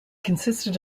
consisted